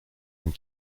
une